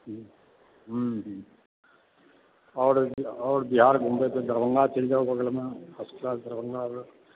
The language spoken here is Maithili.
हुँ हुँ आओर बिहार घुमबै तऽ दरभङ्गा चलि जाउ बगलमे दरभङ्गामे